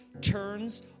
turns